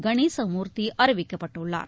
கணேசமூர்த்தி அறிவிக்கப்பட்டுள்ளார்